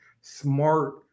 smart